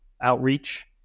outreach